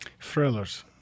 Thrillers